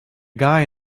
guy